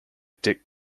dick